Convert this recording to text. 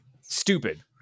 stupid